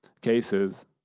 cases